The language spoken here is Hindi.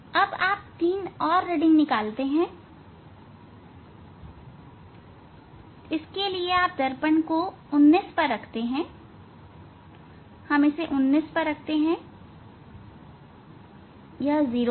अब आप तीन और रीडिंग निकालते हैं तब आप दर्पण को 19 पर रखते हैं आपने इसे 19 पर रखा हैं यह 0 है